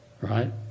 right